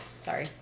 sorry